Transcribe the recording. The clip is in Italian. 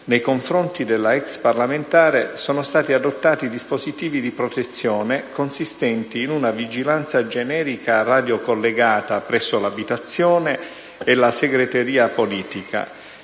nei confronti dell'ex parlamentare sono stati adottati dispositivi di protezione consistenti in una vigilanza generica radiocollegata presso l'abitazione e la segreteria politica,